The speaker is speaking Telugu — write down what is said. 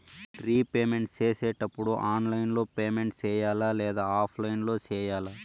రీపేమెంట్ సేసేటప్పుడు ఆన్లైన్ లో పేమెంట్ సేయాలా లేదా ఆఫ్లైన్ లో సేయాలా